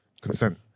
consent